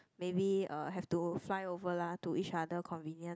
maybe uh have to fly over lah to each other convenient